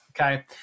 Okay